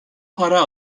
para